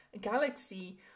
galaxy